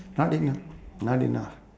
not enough not enough